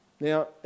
Now